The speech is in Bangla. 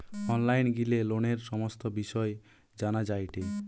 অনলাইন গিলে লোনের সমস্ত বিষয় জানা যায়টে